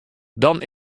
dan